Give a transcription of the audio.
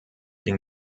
dem